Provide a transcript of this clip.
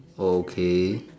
okay